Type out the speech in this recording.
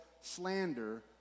slander